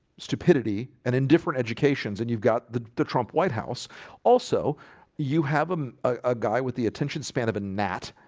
stupidity and indifferent education and you've got the the trump white house also you have um a guy with the attention span of a gnat